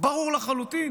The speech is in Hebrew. ברור לחלוטין